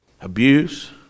abuse